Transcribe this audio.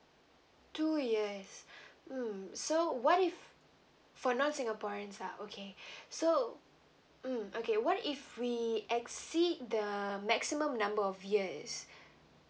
two years mm so what if for non singaporeans ah okay so mm okay what if we exceed the maximum number of years